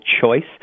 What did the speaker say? choice